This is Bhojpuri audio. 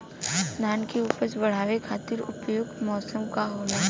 धान के उपज बढ़ावे खातिर उपयुक्त मौसम का होला?